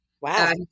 Wow